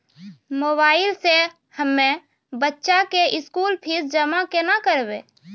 Mobile से हम्मय बच्चा के स्कूल फीस जमा केना करबै?